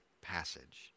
passage